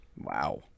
Wow